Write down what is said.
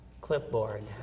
clipboard